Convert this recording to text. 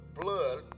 blood